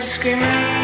Screaming